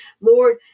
Lord